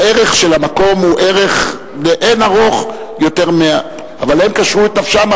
הערך של המקום הוא לאין ערוך יותר אבל הם קשרו את נפשם.